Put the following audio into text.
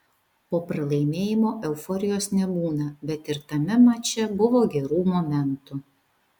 po pralaimėjimo euforijos nebūna bet ir tame mače buvo gerų momentų